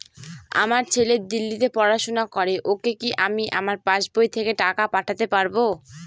আমার ছেলে দিল্লীতে পড়াশোনা করে ওকে কি আমি আমার পাসবই থেকে টাকা পাঠাতে পারব?